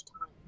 time